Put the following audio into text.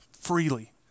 freely